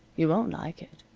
you won't like it.